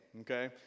Okay